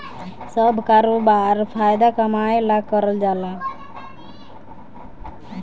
सब करोबार फायदा कमाए ला कईल जाल